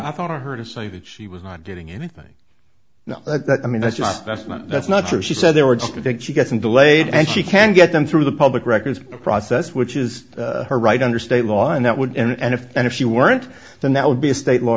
i thought i heard her say that she was not getting anything no i mean that's just that's not that's not true she said they were just big she got some delayed and she can get them through the public records process which is her right under state law and that would and if and if she weren't then that would be a state law